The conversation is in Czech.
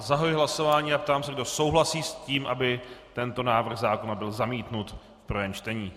Zahajuji hlasování a ptám se, kdo souhlasí s tím, aby tento návrh zákona byl zamítnut v prvém čtení.